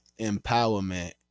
empowerment